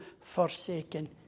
forsaken